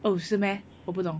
哦是 meh 我不懂